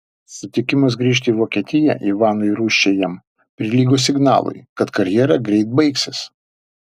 sutikimas grįžti į vokietiją ivanui rūsčiajam prilygo signalui kad karjera greit baigsis